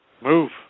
Move